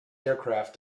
aircraft